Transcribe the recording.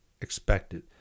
expected